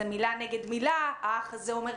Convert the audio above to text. זו מילה נגד מילה האח הזה אומר ככה,